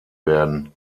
werden